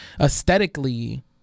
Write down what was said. aesthetically